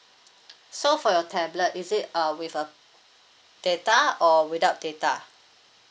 so for your tablet is it uh with a data or without data